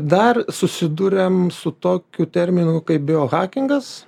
dar susiduriam su tokiu terminu kaip biohakingas